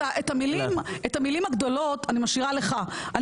את המילים הגדולות אני משאירה לך.